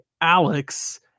Alex